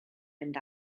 mynd